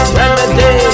remedy